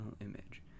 image